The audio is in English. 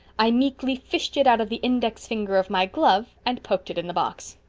i meekly fished it out of the index finger of my glove and poked it in the box.